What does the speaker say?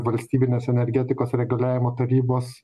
valstybinės energetikos reguliavimo tarybos